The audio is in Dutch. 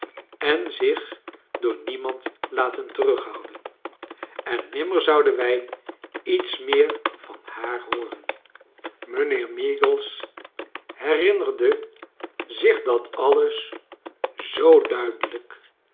en zich door niemand laten terughouden en nimrner zouden wij iets meer van haar hooren mijnheer meagles herinnerde zich dat alles zoo duidelijk